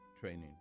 training